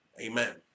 Amen